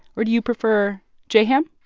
or do you prefer j. ham?